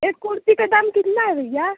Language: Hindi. एक कुर्ती का दाम कितना है भैया